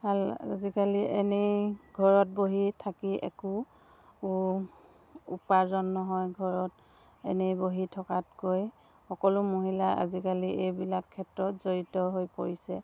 ভাল আজিকালি এনেই ঘৰত বহি থাকি একো উপাৰ্জন নহয় ঘৰত এনেই বহি থকাতকৈ সকলো মহিলা আজিকালি এইবিলাক ক্ষেত্ৰত জড়িত হৈ পৰিছে